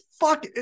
fuck